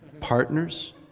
partners